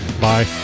Bye